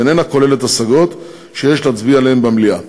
ואיננה כוללת השגות שיש להצביע עליהן במליאה.